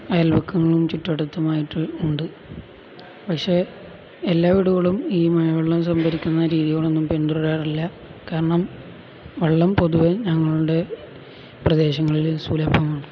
അയൽവക്കങ്ങളും ചുറ്റുവട്ടത്തുമായിട്ട് ഉണ്ട് പക്ഷേ എല്ലാ വീടുകളും ഈ മഴവെള്ളം സംഭരിക്കുന്ന രീതികളൊന്നും പിന്തുടരാറില്ല കാരണം വെള്ളം പൊതുവേ ഞങ്ങളുടെ പ്രദേശങ്ങളില് സുലഭമാണ്